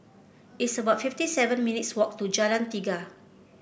it's about fifty seven minutes' walk to Jalan Tiga